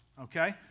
Okay